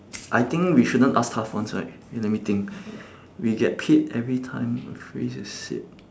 I think we shouldn't ask tough ones right wait let me think we get paid every time a phrase is said